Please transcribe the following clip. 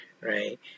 right